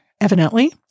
evidently